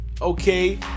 okay